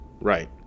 Right